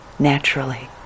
Naturally